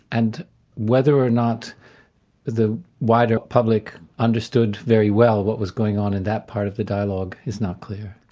and whether or not the wider public understood very well what was going on in that part of the dialogue, is not clear.